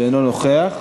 שאינו נוכח.